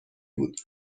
بود